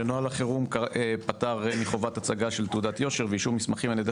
שנוהל החירום פטר מחובת הצגה של תעודת יושר ואישור מסמכים על ידי